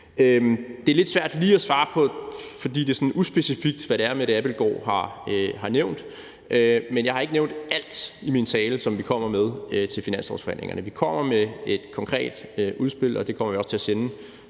Det er lidt svært lige at svare på, fordi det sådan er uspecifikt, hvad det er, fru Mette Abildgaard har nævnt. Men jeg vil sige, at jeg ikke har nævnt alt i min tale, som vi kommer med til finanslovsforhandlingerne. Vi kommer med et konkret udspil, og det kommer vi også til at sende